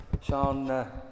Sean